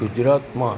ગુજરાતમાં